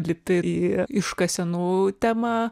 lipi į iškasenų temą